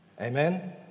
Amen